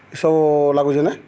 ଇ ସବୁ ଲାଗୁଛେ ନା